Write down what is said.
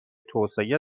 توسعه